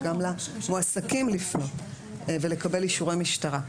וגם למועסקים לפנות ולקבל אישורי משטרה,